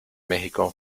méxico